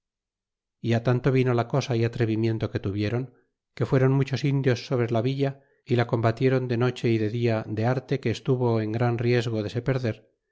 y á tanto vino la cosa y atrevimiento que tuvieron que fueron muchos indios sobre la villa y la combatieron de noche y de dia de arte que estuvo en gran riesgo de se perder